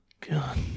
God